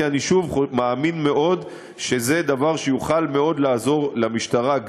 כי אני מאמין מאוד שזה דבר שיוכל לעזור מאוד למשטרה,